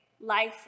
life